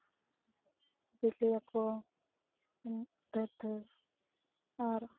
ᱵᱮᱹᱞᱮᱭᱟᱠᱚ ᱫᱷᱮᱹᱨ ᱫᱷᱮᱹᱨ ᱟᱨ